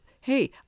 hey